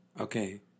Okay